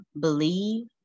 believe